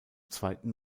zweiten